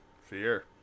fear